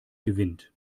gewinnt